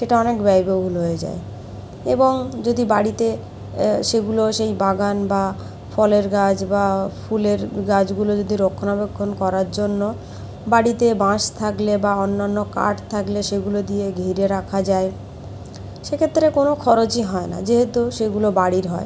সেটা অনেক ব্যয়বহুল হয়ে যায় এবং যদি বাড়িতে সেগুলো সেই বাগান বা ফলের গাছ বা ফুলের গাছগুলো যদি রক্ষণাবেক্ষণ করার জন্য বাড়িতে বাঁশ থাকলে বা অন্য অন্য কাঠ থাকলে সেগুলো দিয়ে ঘিরে রাখা যায় সেক্ষেত্রে কোনো খরচই হয় না যেহেতু সেগুলো বাড়ির হয়